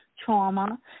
trauma